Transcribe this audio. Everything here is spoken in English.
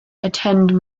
attend